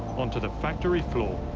onto the factory floor,